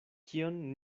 kion